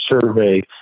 survey